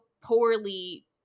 poorly